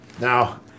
Now